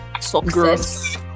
success